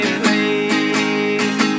please